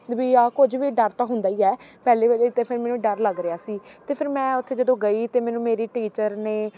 ਵੀ ਆਹ ਕੁਝ ਵੀ ਡਰ ਤਾਂ ਹੁੰਦਾ ਹੀ ਹੈ ਪਹਿਲੇ ਵਾਰੀ ਤਾਂ ਫਿਰ ਮੈਨੂੰ ਡਰ ਲੱਗ ਰਿਹਾ ਸੀ ਅਤੇ ਫਿਰ ਮੈਂ ਉੱਥੇ ਜਦੋਂ ਗਈ ਤਾਂ ਮੈਨੂੰ ਮੇਰੀ ਟੀਚਰ ਨੇ